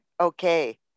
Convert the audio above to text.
Okay